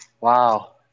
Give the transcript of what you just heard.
Wow